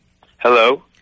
hello